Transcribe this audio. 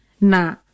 na